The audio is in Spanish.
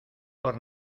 por